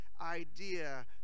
idea